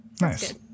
Nice